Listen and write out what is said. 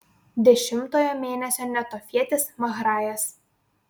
dešimtojo mėnesio netofietis mahrajas